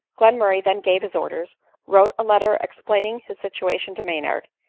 glenmurray then gave his orders wrote a letter ex plaining his situation to maynard,